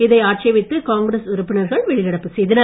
இதை ஆட்சேபித்து காங்கிரஸ் உறுப்பினர்கள் வெளிநடப்பு செய்தனர்